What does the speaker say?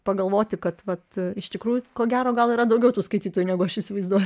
pagalvoti kad iš tikrųjų ko gero gal yra daugiau tų skaitytojų negu aš įsivaizduoju